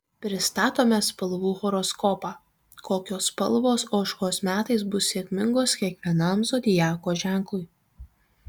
pristatome spalvų horoskopą kokios spalvos ožkos metais bus sėkmingos kiekvienam zodiako ženklui